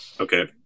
Okay